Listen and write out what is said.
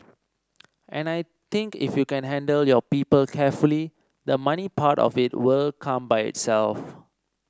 and I think if you can handle your people carefully the money part of it will come by itself